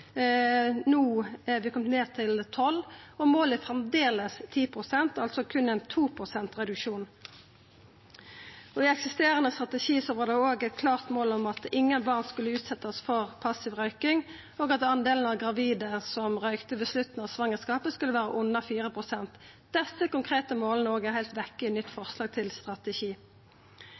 No er det kome ned i 12 pst. Målet er framleis 10 pst. – altså berre 2 pst. reduksjon. I eksisterande strategi var det òg eit klart mål om at ingen barn skulle utsetjast for passiv røyking, og at delen av gravide som røykte ved slutten av svangerskapet, skulle vera under 4 pst. Desse konkrete måla er òg heilt vekk i nytt forslag til strategi.